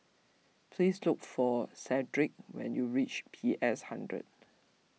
please look for Cedrick when you reach P S hundred